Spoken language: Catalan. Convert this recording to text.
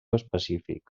específic